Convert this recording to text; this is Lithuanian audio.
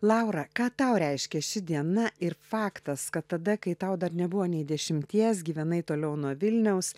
laura ką tau reiškia ši diena ir faktas kad tada kai tau dar nebuvo nei dešimties gyvenai toliau nuo vilniaus